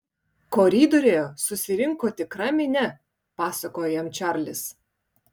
koridoriuje susirinko tikra minia pasakojo jam čarlis